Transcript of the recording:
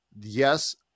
yes